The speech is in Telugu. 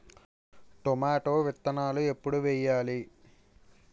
టొమాటో విత్తనాలు ఎప్పుడు వెయ్యాలి?